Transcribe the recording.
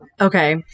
okay